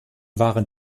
waren